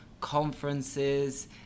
conferences